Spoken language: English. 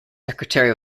secretary